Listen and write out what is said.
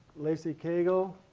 lacey cagle,